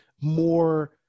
more